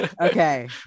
Okay